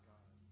God